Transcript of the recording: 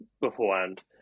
beforehand